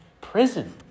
prison